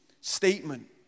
statement